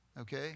okay